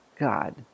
God